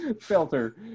Filter